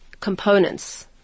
components